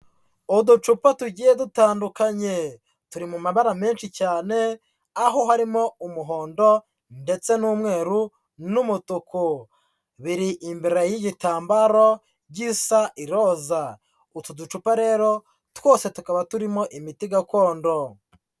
Uducupa tugiye dutandukanye. Turi mu mabara menshi cyane, aho harimo umuhondo ndetse n'umweru n'umutuku. Biri imbere y'igitambaro, gisa iroza. Utu ducupa rero, twose tukaba turimo imiti gakondo.